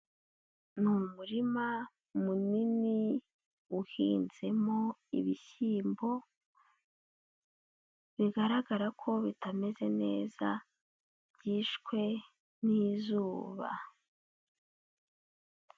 Ni umurima munini uhinzemo ibishyimbo bigaragara ko bitameze neza, byishwe n'izuba.